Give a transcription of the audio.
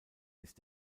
ist